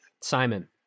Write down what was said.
Simon